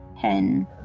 ten